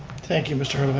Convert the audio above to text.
thank you mr. halervich.